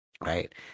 Right